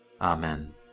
Amen